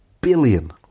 billion